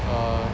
uh